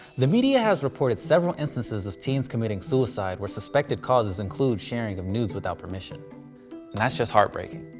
the media has reported several instances of teens committing suicide where suspected causes include sharing of nudes without permission. and that's just heartbreaking.